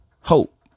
Hope